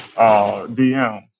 dms